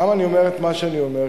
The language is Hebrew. למה אני אומר את מה שאני אומר?